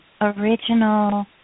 original